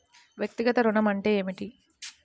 వ్యక్తిగత ఋణం అంటే ఏమిటి?